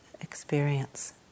experience